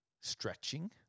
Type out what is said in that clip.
stretching